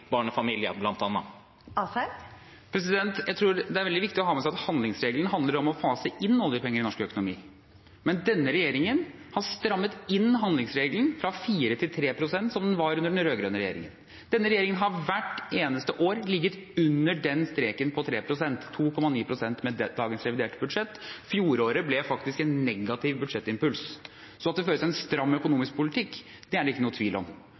barnefamilier? Jeg tror det er veldig viktig å ha med seg at handlingsregelen handler om å fase inn oljepenger i norsk økonomi. Men denne regjeringen har strammet inn handlingsregelen fra 4 pst. – som den var under den rød-grønne regjeringen – til 3 pst. Denne regjeringen har hvert eneste år ligget under streken på 3 pst. – 2,9 pst. med dagens reviderte budsjett. Fjoråret ble faktisk en negativ budsjettimpuls. Så at det føres en stram økonomisk politikk, det er det ikke noen tvil om.